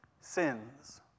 sins